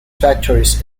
factories